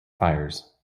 fires